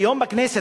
היום בכנסת,